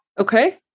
Okay